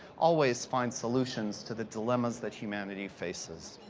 always find solutions to the dilemmas that humanity faces.